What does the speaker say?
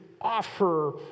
offer